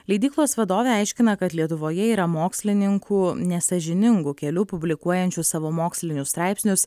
leidyklos vadovė aiškina kad lietuvoje yra mokslininkų nesąžiningu keliu publikuojančių savo mokslinius straipsnius